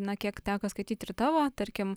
na kiek teko skaityt ir tavo tarkim